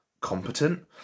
Competent